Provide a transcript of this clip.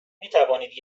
میتوانید